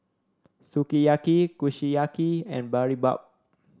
Sukiyaki Kushiyaki and Boribap